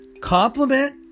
Compliment